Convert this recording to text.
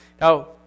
Now